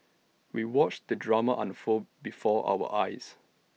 we watched the drama unfold before our eyes